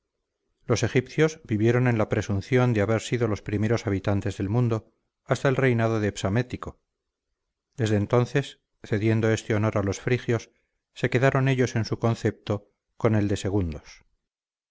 los egipcios vivieron en la presunción de haber sido los primeros habitantes del mundo hasta el reinado de psamético desde entonces cediendo este honor a los frigios se quedaron ellos en su concepto con el de segundos